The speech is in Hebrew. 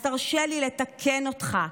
אז תרשה לי לתקן אותך.